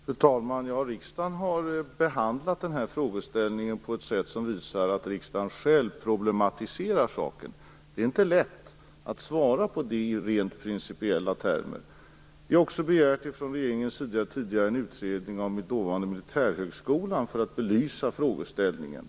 Fru talman! Riksdagen har behandlat denna frågeställning på ett sätt som visar att riksdagen själv problematiserar saken. Det är inte lätt att svara på detta i rent principiella termer. Från regeringens sida har vi också tidigare begärt en utredning av den dåvarande Militärhögskolan för att belysa frågeställningen.